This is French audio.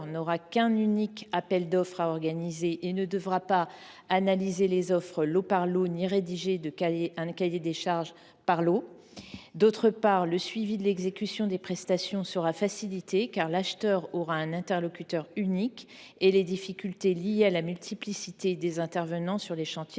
n’aura qu’un unique appel d’offres à organiser et ne devra pas analyser les offres lot par lot ni rédiger un cahier des charges par lot ; d’autre part, le suivi de l’exécution des prestations sera facilité, car l’acheteur aura un interlocuteur unique, et les difficultés liées à la multiplicité des intervenants sur les chantiers